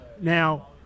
Now